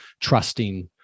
trusting